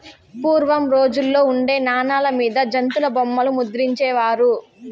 పూర్వం రోజుల్లో ఉండే నాణాల మీద జంతుల బొమ్మలు ముద్రించే వారు